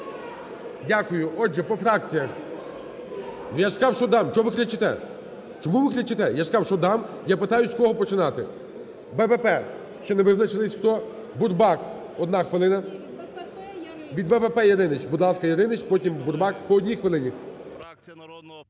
Дякую. Отже, по фракціях. Я ж сказав, що дам. Чого ви кричите? Чому ви кричите? Я ж сказав, що дам. Я питаю, з кого починати. БПП ще не визначились хто. Бурбак, одна хвилина. Від БПП – Яриніч. Будь ласка, Яриніч, потім – Бурбак, по одній хвилині.